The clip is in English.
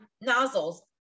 nozzles